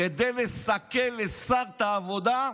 כדי לסכל לשר את העבודה,